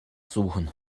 suchen